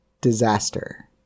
disaster